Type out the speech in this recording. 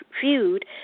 feud